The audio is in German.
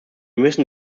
müssen